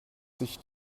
sich